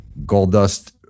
Goldust